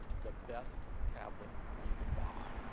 the best tablet you can buy.